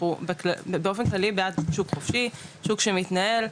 אנחנו באופן כללי בעד שוק חופשי, שוק שמתנהל.